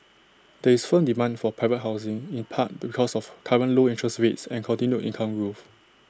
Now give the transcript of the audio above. there is firm demand for private housing in part because of current low interest rates and continued income growth